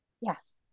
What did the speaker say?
Yes